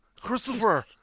Christopher